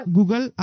Google